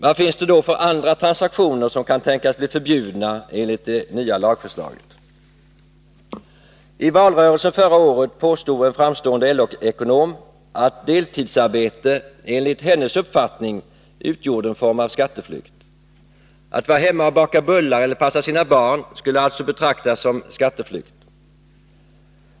Vad finns det då för andra transaktioner som kan tänkas bli förbjudna enligt det nya lagförslaget? I valrörelsen förra året påstod en framstående LO-ekonom att deltidsarbete enligt hennes uppfattning utgjorde en form av skatteflykt. Att vara hemma och baka bullar eller passa sina barn skulle alltså betraktas som skatteflykt.